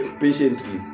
patiently